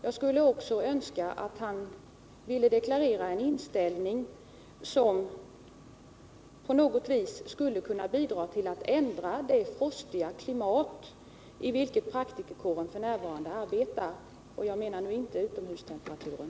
Jag skulle också önska att han ville deklarera en inställning som på något vis kunde bidra till att ändra det frostiga klimat i vilket praktikerkåren f.n. arbetar, och jag menar nu inte utomhustemperaturen.